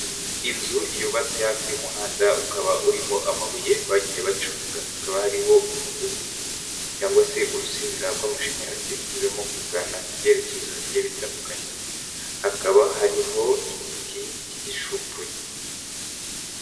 Inzu yubatse hafi y'umuhanda, ukaba urimo amabuye bagiye bacunga, hakaba hariho umugozi cyangwa se urusinga rw'amashanyarazi rurimo kugana mu byerekezo bigiye bitandukanye, hakaba hariho igiti cy'igishupuri.